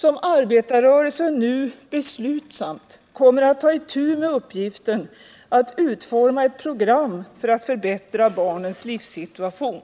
kommer arbetarrörelsen nu beslutsamt att ta itu med uppgiften att utforma ett program för att förbättra barnens livssituation.